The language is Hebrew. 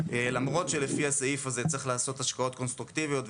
למרות שלפי הסעיף הזה צריך לעשות השקעות קונסטרוקטיביות,